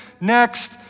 next